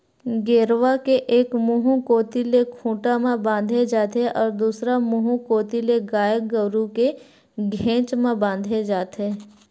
गेरवा के एक मुहूँ कोती ले खूंटा म बांधे जाथे अउ दूसर मुहूँ कोती ले गाय गरु के घेंच म बांधे जाथे